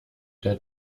der